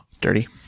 Dirty